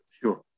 Sure